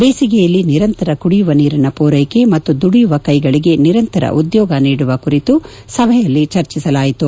ಬೇಸಿಗೆಯಲ್ಲಿ ನಿರಂತರ ಕುಡಿಯುವ ನೀರಿನ ಪೂರೈಕೆ ಮತ್ತು ದುಡಿಯುವ ಕೈಗಳಗೆ ನಿರಂತರ ಉದ್ಯೋಗ ನೀಡುವ ಕುರಿತು ಸಭೆಯಲ್ಲಿ ಚರ್ಚಿಸಲಾಯಿತು